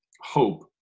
hope